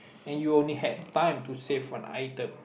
and you only had time to save one item